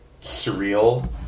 surreal